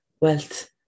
wealth